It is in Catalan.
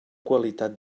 qualitat